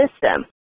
system